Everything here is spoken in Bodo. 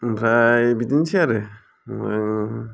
ओमफ्राय बिदिनसै आरो ओम